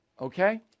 Okay